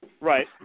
Right